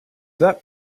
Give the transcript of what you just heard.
that